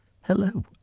hello